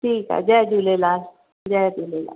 ठीकु आहे जय झूलेलाल जय झूलेलाल